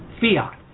fiat